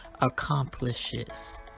accomplishes